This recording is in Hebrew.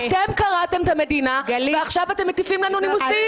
אתם קרעתם את המדינה ועכשיו אתם מטיפים לנו נימוסים.